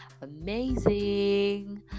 amazing